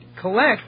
collect